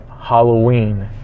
Halloween